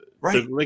Right